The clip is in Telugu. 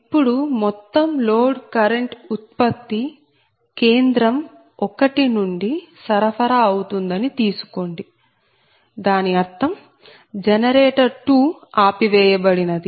ఇప్పుడు మొత్తం లోడ్ కరెంట్ ఉత్పత్తి కేంద్రం 1 నుండి సరఫరా అవుతుందని తీసుకోండి దాని అర్థం జనరేటర్ 2 ఆపివేయబడినది